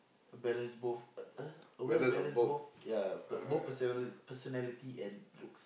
balance both uh well balance both ya but both personal personality and looks